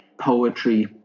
poetry